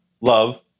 love